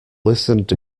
listened